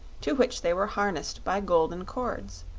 to which they were harnessed by golden cords.